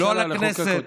נחוקק אותו.